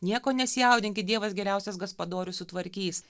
nieko nesijaudinkit dievas geriausias gaspadorius sutvarkys